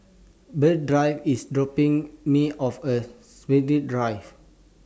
Berdie IS dropping Me off At Shepherds Drive